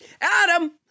Adam